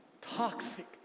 toxic